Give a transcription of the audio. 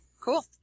Cool